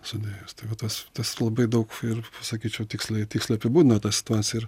sudėjus tai va tas tas labai daug ir sakyčiau tikslai tiksliai apibūdina tą situaciją ir